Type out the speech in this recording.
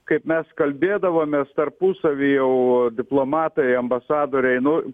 kaip mes kalbėdavomės tarpusavy jau diplomatai ambasadoriai nu